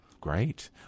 Great